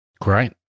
Great